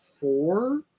four